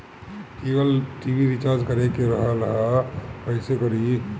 TV recharge करे के रहल ह कइसे करी?